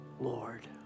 Lord